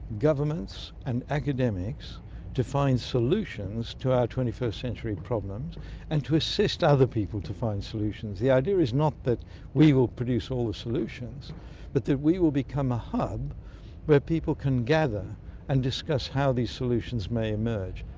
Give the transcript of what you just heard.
governments and academics to find solutions to our twenty first century problems and to assist other people to find solutions. the idea is not that we will produce all the solutions but that we will become a hub where people can gather and discuss how these solutions may emerge.